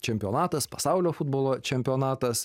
čempionatas pasaulio futbolo čempionatas